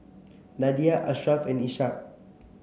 Nadia Asharaff and Ishak